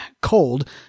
cold